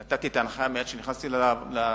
נתתי את ההנחיה כשנכנסתי לתפקיד,